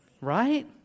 Right